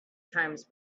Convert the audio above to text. times